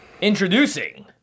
Introducing